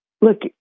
look